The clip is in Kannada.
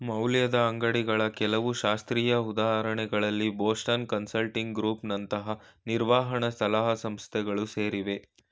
ಮೌಲ್ಯದ ಅಂಗ್ಡಿಗಳ ಕೆಲವು ಶಾಸ್ತ್ರೀಯ ಉದಾಹರಣೆಗಳಲ್ಲಿ ಬೋಸ್ಟನ್ ಕನ್ಸಲ್ಟಿಂಗ್ ಗ್ರೂಪ್ ನಂತಹ ನಿರ್ವಹಣ ಸಲಹಾ ಸಂಸ್ಥೆಗಳು ಸೇರಿವೆ